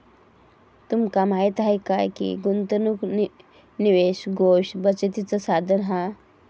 तुमका माहीत हा काय की गुंतवणूक निवेश कोष बचतीचा साधन हा